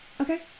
Okay